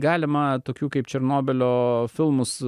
galima tokių kaip černobylio filmus